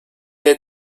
had